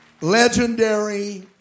Legendary